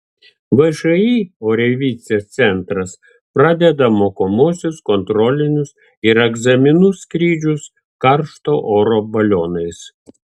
všį oreivystės centras pradeda mokomuosius kontrolinius ir egzaminų skrydžius karšto oro balionais